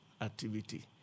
activity